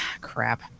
Crap